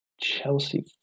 Chelsea